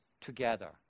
together